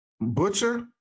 Butcher